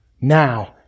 Now